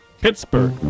Pittsburgh